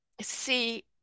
see